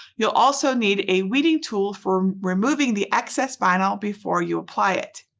you'll also need a weeding tool for removing the excess vinyl before you apply it.